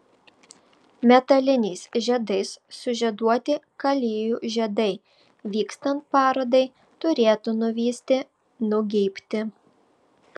metaliniais žiedais sužieduoti kalijų žiedai vykstant parodai turėtų nuvysti nugeibti